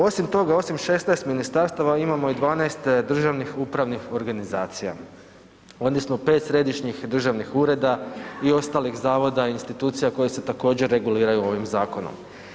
Osim toga, osim 16 ministarstava, imamo i 12 državnih upravnih organizacija odnosno 5 središnjih državnih ureda i ostalih zavoda i institucija koje se također reguliraju ovim zakonom.